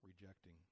rejecting